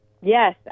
yes